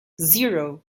zero